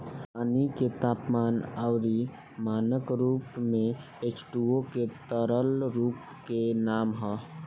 पानी के तापमान अउरी मानक रूप में एचटूओ के तरल रूप के नाम ह